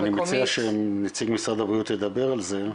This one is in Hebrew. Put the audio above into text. אני מציע שנציג משרד הבריאות ידבר על זה,